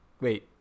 wait